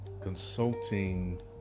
Consulting